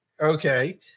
Okay